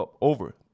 over